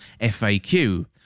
FAQ